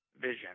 vision